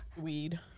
weed